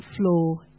floor